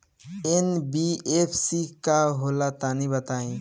NBFC का होला तनि बताई?